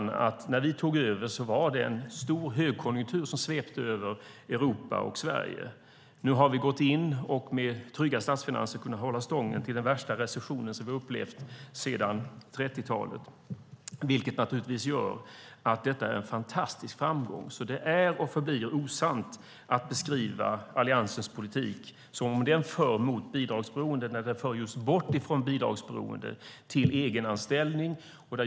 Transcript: Notera att när vi tog över var det en stor högkonjunktur som svepte över Europa och Sverige. Nu har vi gått in i och med trygga statsfinanser kunnat hålla stången mot den värsta recessionen vi upplevt sedan 30-talet. Det gör naturligtvis att detta är en fantastisk framgång. Det är och förblir osant att beskriva Alliansens politik som att den för mot bidragsberoende när den just för bort från bidragsberoende till egenanställning.